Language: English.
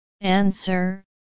Answer